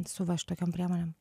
su va šitokiom priemonėm